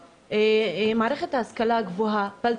ומעל הכול המערכות האלה דורשות גם